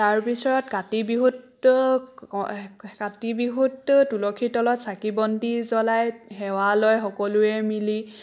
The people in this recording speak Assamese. তাৰ পিছত কাতি বিহুত কাতি বিহুত তুলসীৰ তলত চাকি বন্তি জ্ৱলাই সেৱা লয় সকলোৱে মিলি